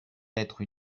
être